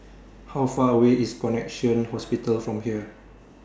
How Far away IS Connexion Hospital from here